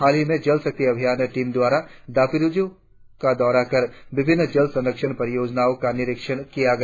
हाल ही में जल शक्ति अभियान टीम द्वारा दापोरिजो का दौरा कर विभिन्न जल संरक्षण परियोजनाओं का निरीक्षण किया गया